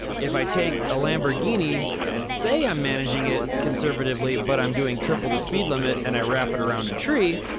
if i take a lamborghini and say i'm managing it conservatively, but i'm doing triple the speed limit and i wrap it around a tree,